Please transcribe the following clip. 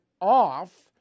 off